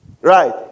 Right